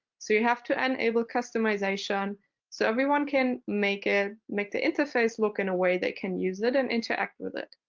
so you have to enable customization so everyone can make it make the interface look in a way they can use it and interact with it.